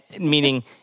Meaning